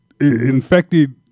infected